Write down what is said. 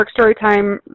Storytime